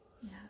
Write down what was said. Yes